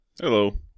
Hello